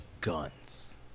guns